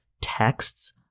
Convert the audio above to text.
texts